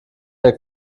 der